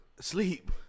sleep